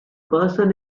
person